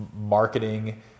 marketing